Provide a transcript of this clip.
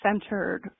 centered